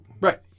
Right